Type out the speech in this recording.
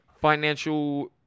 financial